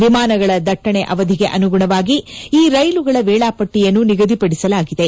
ವಿಮಾನಗಳ ದಟ್ಟಣೆ ಅವಧಿಗೆ ಅನುಗುಣವಾಗಿ ಈ ರೈಲುಗಳ ವೇಳಾಪಟ್ಟಿಯನ್ನು ಸಿದ್ದಪಡಿಸಲಾಗಿದೆ